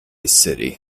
city